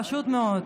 פשוט מאוד.